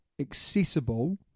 accessible